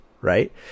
Right